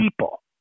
people